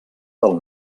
del